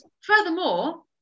furthermore